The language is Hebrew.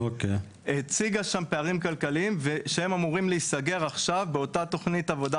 היא הציגה שם פערים כלכליים שאמורים להיסגר עכשיו באותה תוכנית עבודה.